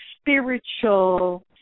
spiritual